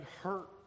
hurt